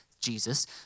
Jesus